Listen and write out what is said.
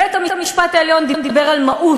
בית-המשפט העליון דיבר על מהות.